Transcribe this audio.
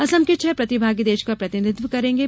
असम के छह प्रतिभागी देश का प्रतिनिधित्व करेंगे